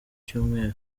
cyumweru